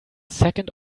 second